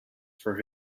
for